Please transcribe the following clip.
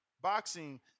Boxing